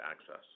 access